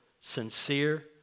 sincere